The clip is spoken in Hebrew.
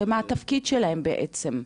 ומה התפקיד שלהן בעצם?